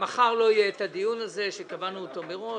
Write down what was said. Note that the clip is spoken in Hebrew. מחר לא יהיה הדיון שקבענו מראש,